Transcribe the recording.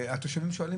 והתושבים שואלים,